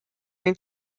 may